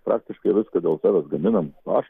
praktiškai viską dėl savęs gaminam aš